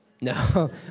No